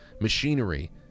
machinery